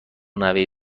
نوه